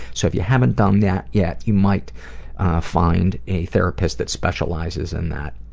so if you haven't done that yet, you might find a therapist that specializes in that.